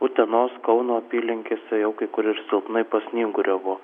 utenos kauno apylinkėse jau kai kur ir silpnai pasnyguriavo